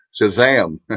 Shazam